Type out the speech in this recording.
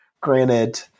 granted